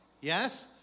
Yes